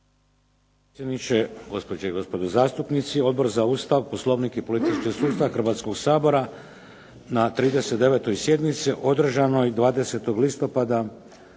Hrvatskoga sabora na 39. sjednici održanoj 20. listopada